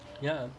ya